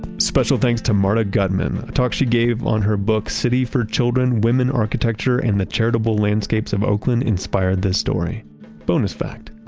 special thanks to marta gutman, a talk she gave on her book, city for children women, architecture, and the charitable landscapes of oakland' inspired this story bonus fact,